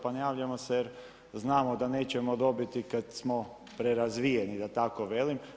Pa ne javljamo se jer znamo da nećemo dobiti kada smo prerazvijeni, da tako velim.